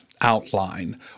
outline